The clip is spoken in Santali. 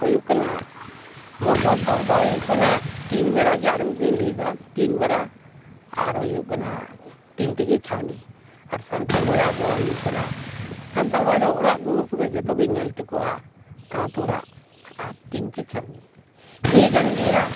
ᱦᱩᱭᱩᱜ ᱠᱟᱱᱟ ᱢᱚᱯᱷᱚᱥᱚᱞ ᱫᱚ ᱦᱩᱭᱩᱜ ᱠᱟᱱᱟ ᱴᱤᱱ ᱵᱮᱲᱟ ᱜᱮ ᱟᱨ ᱢᱤᱫ ᱫᱷᱟᱣ ᱤᱧ ᱞᱟᱹᱭᱮᱫᱟ ᱴᱤᱱ ᱵᱮᱲᱟ ᱟᱨ ᱦᱩᱭᱩᱜ ᱠᱟᱱᱟ ᱴᱤᱱ ᱛᱮᱜᱮ ᱪᱷᱟᱣᱱᱤ ᱟᱨ ᱥᱟᱱᱛᱟᱲ ᱵᱚᱭᱦᱟ ᱟᱜ ᱫᱚ ᱦᱩᱭᱩᱜ ᱠᱟᱱᱟ ᱥᱟᱱᱛᱟᱲ ᱵᱚᱭᱦᱟ ᱟᱜ ᱫᱚ ᱚᱲᱟᱜ ᱫᱩᱣᱟᱹᱨ ᱠᱚᱫᱚ ᱡᱚᱛᱚ ᱜᱮ ᱧᱮᱞ ᱴᱷᱤᱠᱚᱜᱼᱟ ᱠᱟᱸᱛ ᱚᱲᱟᱜ ᱟᱨ ᱴᱤᱱ ᱛᱮ ᱪᱷᱟᱹᱣᱱᱤ ᱱᱤᱭᱟᱹ ᱠᱟᱱ ᱜᱮᱭᱟ